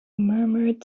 murmured